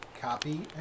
copy